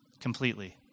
completely